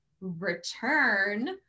Return